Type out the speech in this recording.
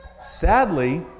Sadly